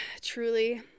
truly